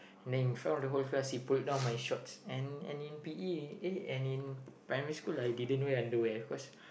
and then in front of the whole class he pulled down my shorts and and in p_e eh and in primary school I didn't wear underwear cause